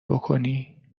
بکنی